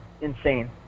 insane